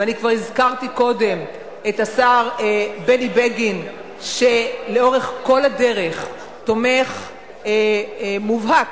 ואני כבר הזכרתי קודם את השר בני בגין שלאורך כל הדרך הוא תומך מובהק